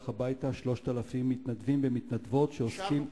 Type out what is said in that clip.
הביתה 3,000 מתנדבים ומתנדבות שעוסקים,